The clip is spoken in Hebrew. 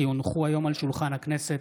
כי הונחו היום על שולחן הכנסת,